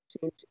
change